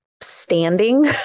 standing